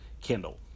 Kindle